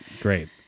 Great